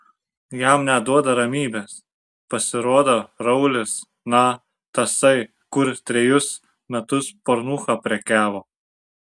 jam neduoda ramybės pasirodo raulis na tasai kur trejus metus pornucha prekiavo